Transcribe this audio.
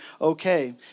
okay